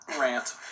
rant